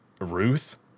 Ruth